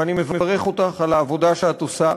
ואני מברך אותך על העבודה שאת עושה,